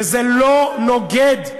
וזה לא נוגד,